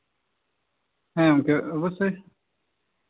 ᱦᱮᱸ ᱜᱚᱝᱠᱮ ᱚᱵᱚᱥᱥᱳᱭ